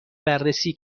بررسی